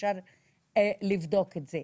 אפשר לבדוק את זה,